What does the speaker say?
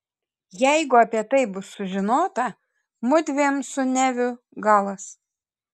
jeigu apie tai bus sužinota mudviem su neviu galas